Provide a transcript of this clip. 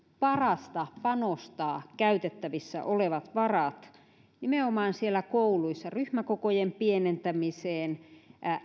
parasta panostaa käytettävissä olevat varat kouluissa nimenomaan ryhmäkokojen pienentämiseen